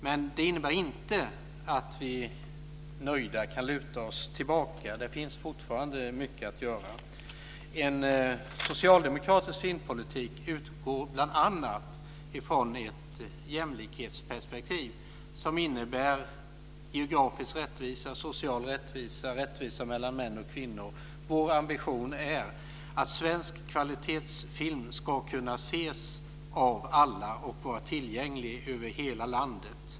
Men det innebär inte att vi nöjda kan luta oss tillbaka. Det finns fortfarande mycket att göra. En socialdemokratisk filmpolitik utgår bl.a. från ett jämlikhetsperspektiv som innebär geografisk rättvisa, social rättvisa och rättvisa mellan män och kvinnor. Vår ambition är att svensk kvalitetsfilm ska kunna ses av alla och vara tillgänglig över hela landet.